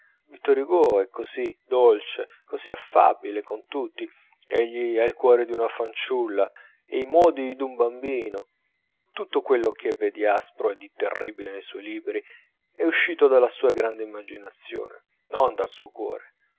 vittor hugo è così dolce così affabile con tutti egli ha il cuore d'una fanciulla e i modi d'un bambino tutto quello che v'è di aspro e di terribile nei suoi libri è uscito dalla sua grande immaginazione non dal suo cuore